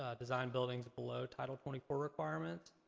ah design buildings below title twenty four requirements.